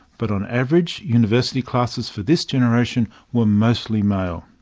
but on average university classes for this generation were mostly male.